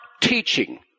teaching